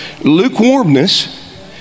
lukewarmness